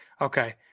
Okay